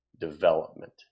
development